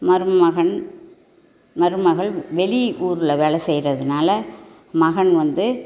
மருமகன் மருமகள் வெளி ஊரில் வேலை செய்கிறதனால மகன் வந்து